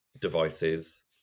devices